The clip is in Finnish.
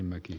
kannatan